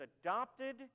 adopted